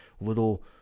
little